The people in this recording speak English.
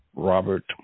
Robert